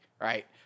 right